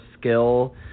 skill